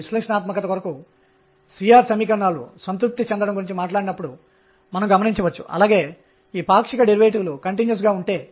ఒకటి కంటే ఎక్కువ క్వాంటం సంఖ్యలు అనగా అవి ఒకే ఎనర్జీ ని కలిగి ఉండే కక్ష్యలు ఒక కక్ష్య కంటే ఎక్కువ కక్ష్యలు కావచ్చు